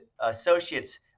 associates